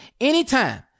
anytime